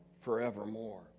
forevermore